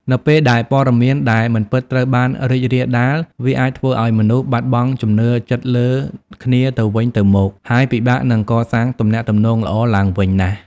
នៅពេលដែលព័ត៌មានដែលមិនពិតត្រូវបានរីករាលដាល វាអាចធ្វើឱ្យមនុស្សបាត់បង់ជំនឿចិត្តលើគ្នាទៅវិញទៅមក ហើយពិបាកនឹងកសាងទំនាក់ទំនងល្អឡើងវិញណាស់។